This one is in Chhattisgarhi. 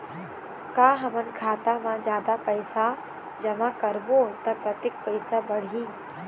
का हमन खाता मा जादा पैसा जमा करबो ता कतेक पैसा बढ़ही?